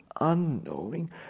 unknowing